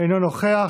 אינו נוכח.